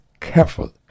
careful